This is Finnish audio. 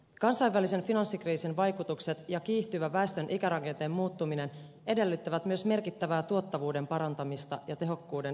kansainvälisen finanssikriisin vaikutukset ja kiihtyvä väestön ikärakenteen muuttuminen edellyttävät myös merkittävää tuottavuuden parantamista ja tehokkuuden lisäämistä